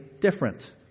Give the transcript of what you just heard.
different